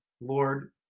Lord